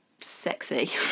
Sexy